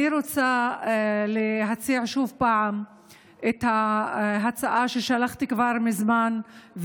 אני רוצה להציע שוב פעם את ההצעה ששלחתי כבר מזמן,